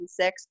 2006